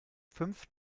fünf